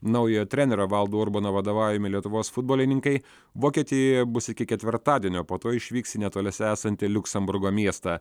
naujojo trenerio valdo urbono vadovaujami lietuvos futbolininkai vokietijoje bus iki ketvirtadienio po to išvyks į netoliese esantį liuksemburgo miestą